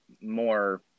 more